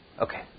Okay